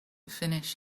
finish